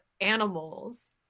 animals